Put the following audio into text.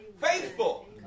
faithful